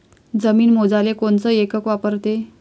जमीन मोजाले कोनचं एकक वापरते?